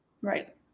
Right